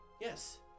Yes